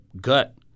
gut